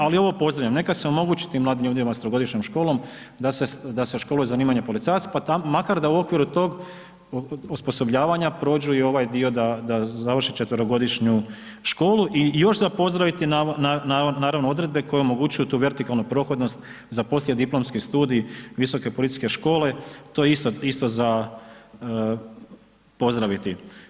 Ali, ovo pozdravljam, neka se omogući tim mladim ljudima s trogodišnjom školom da se školuju za zanimanje policajac pa makar da u okviru tog osposobljavanja prođu i ovaj dio da završe četverogodišnju školu i još za pozdraviti je naravno, odredbe koje omogućuju tu vertikalnu prohodnost za poslijediplomski studij Visoke policijske škole, to je isto, isto za pozdraviti.